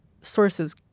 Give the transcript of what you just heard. sources